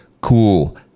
Cool